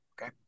Okay